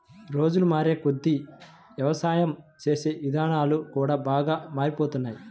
రోజులు మారేకొద్దీ యవసాయం చేసే ఇదానాలు కూడా బాగా మారిపోతున్నాయ్